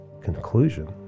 conclusion